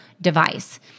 device